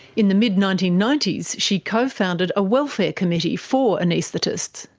in the mid nineteen ninety s she co-founded a welfare committee for anaesthetists.